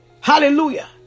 Hallelujah